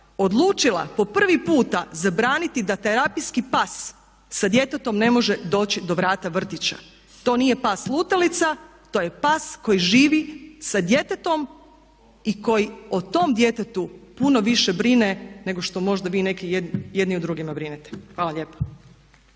odlučila po prvi puta zabraniti da terapijski pas sa djetetom ne može doći do vrata vrtića. To nije pas lutalica, to je pas koji živi sa djetetom i koji o tom djetetu puno više brine nego što možda vi neki jedni o drugima brinete. Hvala lijepa.